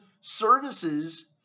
services